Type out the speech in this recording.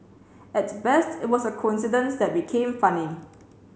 at best it was a coincidence that became funny